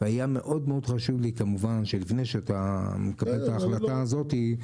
והיה מאוד מאוד חשוב לי כמובן שלפני שאתה מקבל את ההחלטה הזאתי,